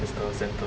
as the centre